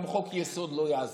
גם חוק-יסוד לא יעזור.